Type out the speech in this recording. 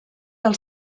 del